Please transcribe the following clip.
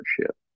ownership